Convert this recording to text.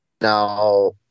now